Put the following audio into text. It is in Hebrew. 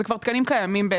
אלה כבר תקנים קיימים.